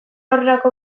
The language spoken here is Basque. aurrerako